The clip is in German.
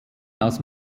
aus